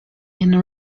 and